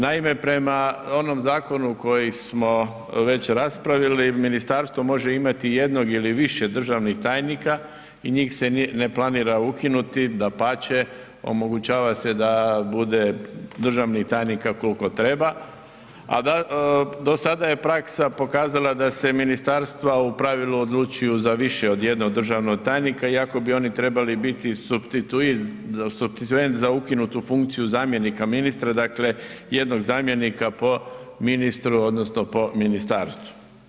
Naime, prema onom zakonu koji smo već raspravili ministarstvo može imati jednog ili više državnog tajnika i njih se na planira ukinuti, dapače omogućava se da bude državnih tajnika koliko treba, a do sada je praksa pokazala da se ministarstva u pravilu odlučuju za više od jednog državnog tajnika iako bi oni trebali biti supstituent za ukinutu funkciju zamjenika ministra, dakle jednog zamjenika po ministru odnosno po ministarstvu.